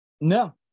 No